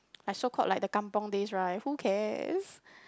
like so called like the kampung days right who cares